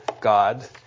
God